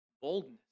boldness